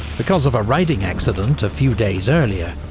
because of a riding accident a few days earlier,